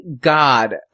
God